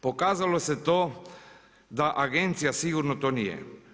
Pokazalo se to da agencija sigurno to nije.